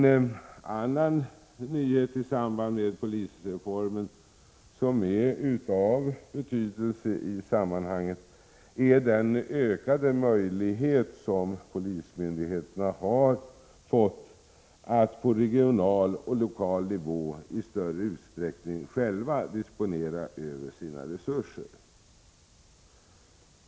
En annan nyhet i samband med polisreformen, som är av betydelse i sammanhanget, är den ökade möjlighet som polismyndigheterna har fått att på regional och lokal nivå i större utsträckning själva disponera över sina resurser.